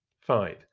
Five